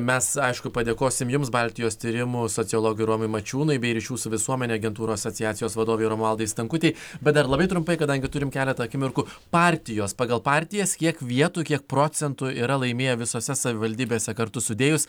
mes aišku padėkosim jums baltijos tyrimų sociologo romui mačiūnui bei ryšių su visuomene agentūrų asociacijos vadovei romualdai stankutei bet dar labai trumpai kadangi turim keletą akimirkų partijos pagal partijas kiek vietų kiek procentų yra laimėję visose savivaldybėse kartu sudėjus